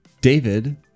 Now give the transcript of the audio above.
David